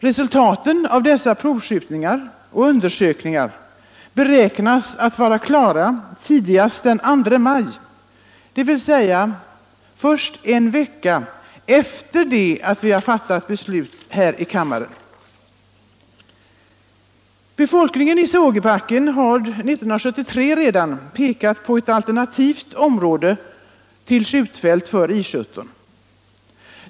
Resultaten av dessa provskjutningar och undersökningar beräknas vara klara tidigast den 2 maj, dvs. först en vecka efter det att vi fattat beslut här i kammaren. Befolkningen i Sågebacken pekade redan 1973 på ett alternativt område för skjutfält åt I 17.